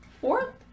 fourth